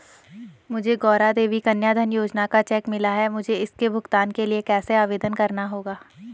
मुझे गौरा देवी कन्या धन योजना का चेक मिला है मुझे इसके भुगतान के लिए कैसे आवेदन करना होगा?